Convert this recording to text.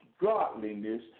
godliness